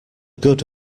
good